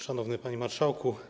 Szanowny Panie Marszałku!